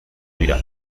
dira